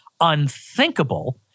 unthinkable